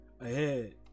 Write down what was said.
ahead